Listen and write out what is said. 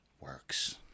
works